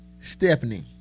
Stephanie